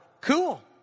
Cool